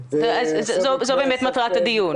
זאת באמת מטרת הדיון.